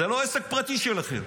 זה לא עסק פרטי שלכם.